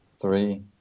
Three